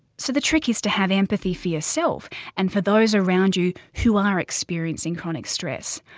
so the trick is to have empathy for yourself and for those around you who are experiencing chronic stress.